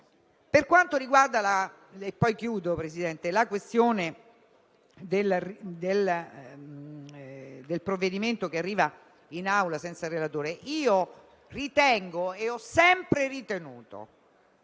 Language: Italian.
Per quanto riguarda la questione del provvedimento che arriva in Assemblea senza il relatore, ritengo - ho sempre ritenuto